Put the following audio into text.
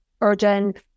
urgent